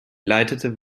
leitete